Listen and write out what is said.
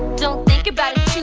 don't think about